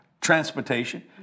transportation